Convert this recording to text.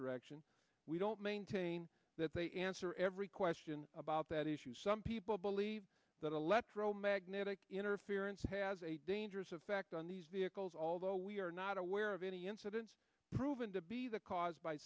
direction we don't maintain that they answer every question about that issue some people believe that electromagnetic interference has a dangerous effect on these vehicles although we are not aware of any incidents proven to be the cause by